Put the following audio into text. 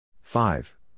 Five